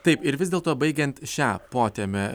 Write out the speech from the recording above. taip ir vis dėlto baigiant šią potemę